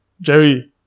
Jerry